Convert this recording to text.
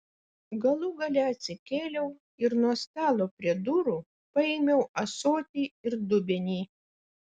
galų gale atsikėliau ir nuo stalo prie durų paėmiau ąsotį ir dubenį